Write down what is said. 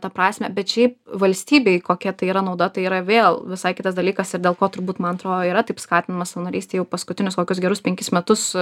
tą prasmę bet šiaip valstybei kokia tai yra nauda tai yra vėl visai kitas dalykas ir dėl ko turbūt man atro yra taip skatinama savanorystė jau paskutinius kokius gerus penkis metus